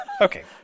Okay